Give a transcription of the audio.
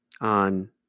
on